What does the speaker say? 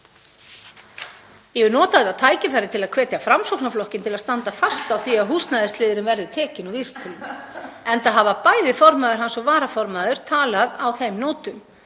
Ég vil nota þetta tækifæri til að hvetja Framsóknarflokkinn til að standa fast á því að húsnæðisliðurinn verði tekinn úr vísitölunni, enda hafa bæði formaður hans og varaformaður talað á þeim nótum.